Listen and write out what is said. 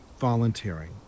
volunteering